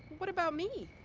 what about me?